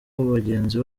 bagenzi